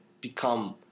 become